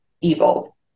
evil